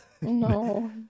no